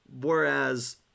Whereas